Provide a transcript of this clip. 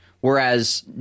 whereas